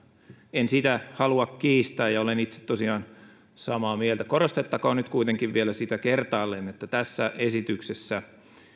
en sitä halua kiistää ja olen itse tosiaan samaa mieltä korostettakoon nyt kuitenkin vielä kertaalleen sitä että tässä esityksessä